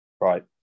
right